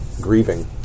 grieving